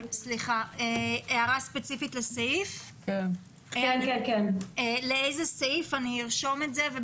הערה ספציפית לסעיף, אני ארשום את זה.